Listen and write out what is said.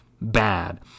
bad